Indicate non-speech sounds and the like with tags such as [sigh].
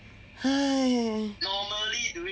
[breath]